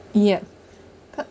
yup cause